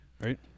Right